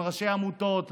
עם ראשי עמותות,